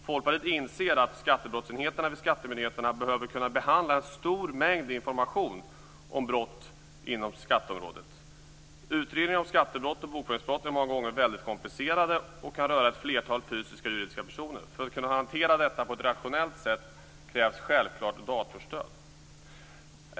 Folkpartiet inser att skattebrottsenheterna vid skattemyndigheterna behöver kunna behandla en stor mängd information om brott inom skatteområdet. Utredningar om skattebrott och bokföringsbrott är många gånger väldigt komplicerade och kan röra ett flertal fysiska eller juridiska personer. För att kunna hantera detta på ett rationellt sätt krävs självklart datorstöd.